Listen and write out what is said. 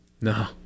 No